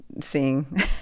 seeing